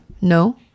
no